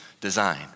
design